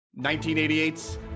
1988's